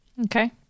Okay